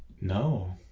No